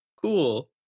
Cool